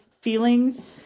feelings